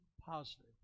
positive